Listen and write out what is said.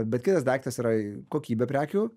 bet kitas daiktas yra kokybė prekių